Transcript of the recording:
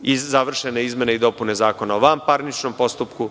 i završene izmene i dopune Zakona o vanparničnom postupku.